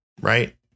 right